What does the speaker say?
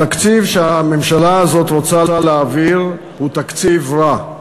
התקציב שהממשלה הזאת רוצה להעביר הוא תקציב רע,